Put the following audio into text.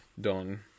done